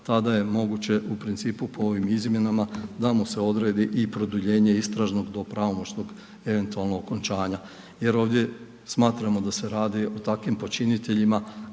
tada je moguće u principu po ovim izmjenama da mu se odredi i produljenje istražnog do pravomoćnog eventualno okončanja jer ovdje smatramo da se radi o takvim počiniteljima